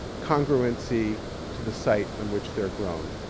congruency to the site on which they're grown.